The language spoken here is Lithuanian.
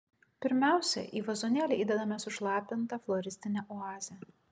pirmiausia į vazonėlį įdedame sušlapintą floristinę oazę